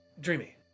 Dreamy